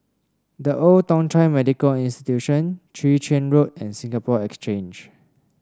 The Old Thong Chai Medical Institution Chwee Chian Road and Singapore Exchange